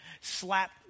slap